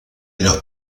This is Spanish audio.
los